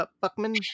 Buckman